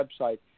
website